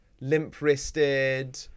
limp-wristed